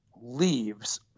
leaves